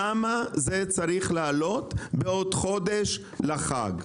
למה זה צריך לעלות בעוד חודש לקראת החג?